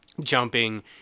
jumping